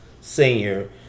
senior